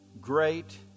Great